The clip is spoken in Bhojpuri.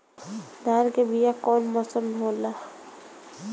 धान के बीया कौन मौसम में होला?